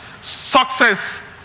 Success